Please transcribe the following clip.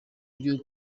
byo